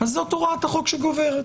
זאת הוראת החוק שגוברת,